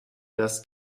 das